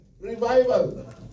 revival